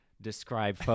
describe